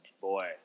Boy